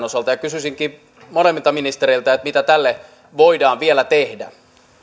osalta kysyisinkin molemmilta ministereiltä mitä tälle voidaan vielä tehdä